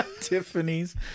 Tiffany's